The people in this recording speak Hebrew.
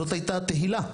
זאת הייתה תהילה.